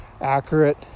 accurate